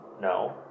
No